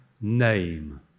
name